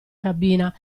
cabina